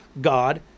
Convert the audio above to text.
God